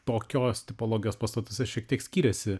tokios tipologijos pastatuose šiek tiek skyrėsi